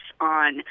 on